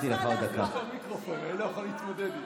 בבקשה, אני עכשיו שותקת.